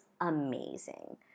amazing